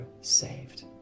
saved